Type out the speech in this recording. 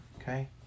Okay